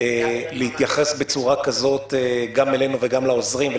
להתייחס בצורה כזאת גם אלינו וגם לעוזרים,